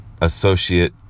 associate